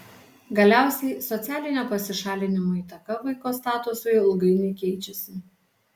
galiausiai socialinio pasišalinimo įtaka vaiko statusui ilgainiui keičiasi